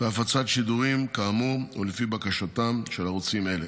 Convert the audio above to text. והפצת השידורים כאמור היא לפי בקשתם של ערוצים אלה.